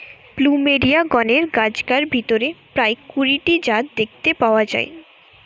plumeria গণের গাছগার ভিতরে প্রায় কুড়ি টি জাত দেখতে পাওয়া যায়